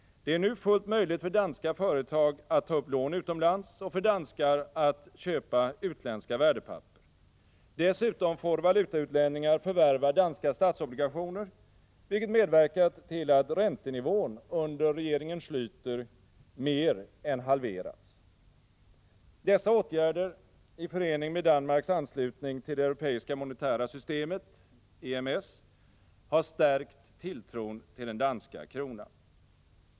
Det är nu fullt möjligt för danska företag att ta upp lån utomlands och för danskar att köpa utländska värdepapper. Dessutom får valutautlänningar förvärva danska statsobligationer, vilket medverkat till att räntenivån under regeringen Schläter mer än halverats. Dessa åtgärder i förening med Danmarks anslutning till det europeiska monetära systemet, EMS, har stärkt tilltron till den danska kronan.